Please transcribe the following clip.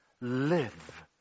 live